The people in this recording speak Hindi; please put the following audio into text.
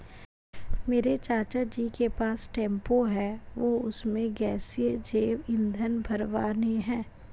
मेरे चाचा जी के पास टेंपो है वह उसमें गैसीय जैव ईंधन भरवाने हैं